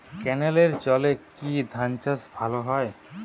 ক্যেনেলের জলে কি ধানচাষ ভালো হয়?